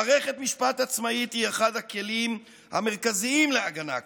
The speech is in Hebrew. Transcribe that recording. מערכת משפט עצמאית היא אחד הכלים המרכזיים להגנה כזאת,